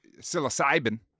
psilocybin